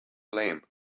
lame